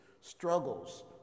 struggles